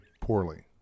poorly